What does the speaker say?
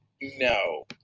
No